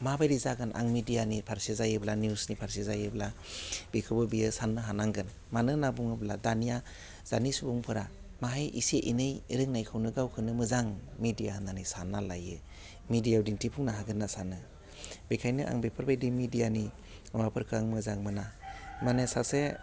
माबोरै जागोन आं मेडियानि फारसे जायोब्ला निउसनि फारसे जायोब्ला बेखौबो बेयो साननो हानांगोन मानो होनना बुङोब्ला दानिया जानि सुबुंफोरा माहाइ एसे एनै रोंनायखौनो गावखौनो मोजां मेडिया होननानै सानना लायो मेडियायाव दिन्थिफुंनो हागोन होनना सानो बेखायनो आं बिफोरबायदि मेडियानि माबाफोरखौ आं मोजां मोना माने सासे